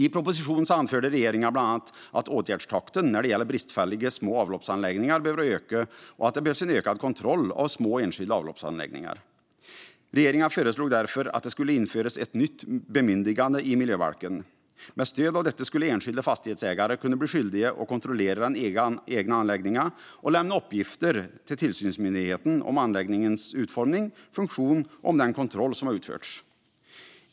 I propositionen anförde regeringen bland annat att åtgärdstakten när det gäller bristfälliga små avloppsanläggningar behöver öka och att det behövs en ökad kontroll av små enskilda avloppsanläggningar. Regeringen föreslog därför att det skulle införas ett nytt bemyndigande i miljöbalken. Med stöd av detta skulle enskilda fastighetsägare kunna bli skyldiga att kontrollera den egna anläggningen och lämna uppgifter till tillsynsmyndigheten om anläggningens utformning och funktion och om den kontroll som utförts.